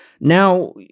Now